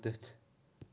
مدَتھ